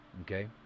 Okay